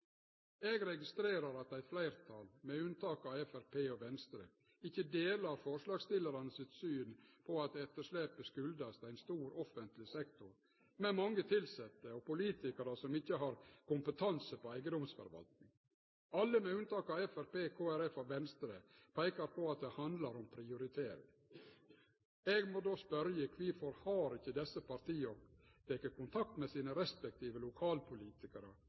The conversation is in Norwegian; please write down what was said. Eg registrerer at eit fleirtal, med unntak av Framstegspartiet og Venstre, ikkje deler forslagsstillarane sitt syn på at etterslepet har si årsak i ein stor offentleg sektor med mange tilsette, og politikarar som ikkje har kompetanse på eigedomsforvaltning. Alle, med unntak av Framstegspartiet, Kristeleg Folkeparti og Venstre, peikar på at det handlar om prioritering. Eg må då spørje: Kvifor har ikkje desse fleirtalspartia teke kontakt med sine respektive lokalpolitikarar